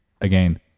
Again